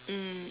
mm